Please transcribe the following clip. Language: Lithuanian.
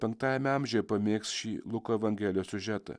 penktajame amžiuje pamėgs šį luko evangelijos siužetą